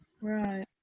Right